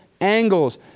angles